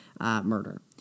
murder